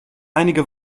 einige